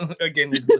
Again